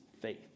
faith